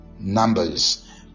numbers